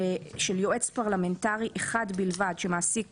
של יועץ פרלמנטרי אחד בלבד, שמעסיק